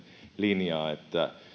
linjaa että